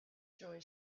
joy